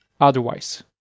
otherwise